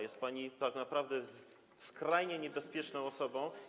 Jest pani tak naprawdę skrajnie niebezpieczną osobą.